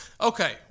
Okay